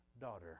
daughter